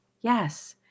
Yes